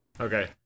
okay